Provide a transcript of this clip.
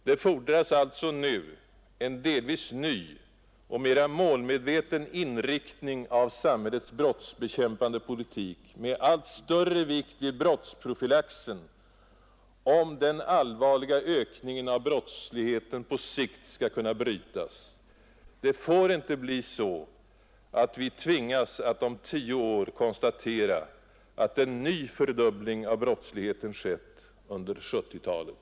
Det fordras alltså nu en delvis ny och mera målmedveten inriktning av samhällets brottsbekämpande politik med allt större vikt vid brottsprofylaxen, om den allvarliga ökningen av brottsligheten på sikt skall kunna brytas. Det får inte bli så, att vi tvingas att om tio år konstatera, att en ny fördubbling av brottsligheten skett under 1970-talet.